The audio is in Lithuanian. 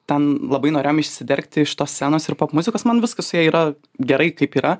ten labai norėjom išsidergti iš tos scenos ir popmuzikos man viskas su ja yra gerai kaip yra